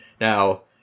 Now